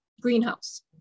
greenhouse